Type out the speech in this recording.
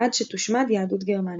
עד שתושמד יהדות גרמניה.